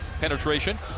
penetration